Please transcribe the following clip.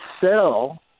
sell